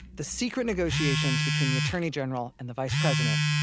the secret negotiations between the attorney general and the vice president,